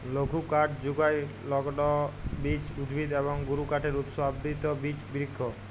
লঘুকাঠ যুগায় লগ্লবীজ উদ্ভিদ এবং গুরুকাঠের উৎস আবৃত বিচ বিরিক্ষ